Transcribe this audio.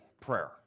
prayer